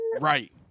Right